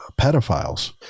pedophiles